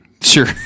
Sure